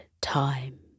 time